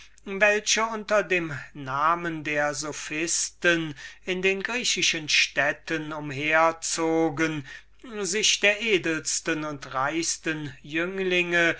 die unter dem namen der sophisten in den griechischen städten umherzogen sich der edelsten und reichsten jünglinge